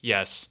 Yes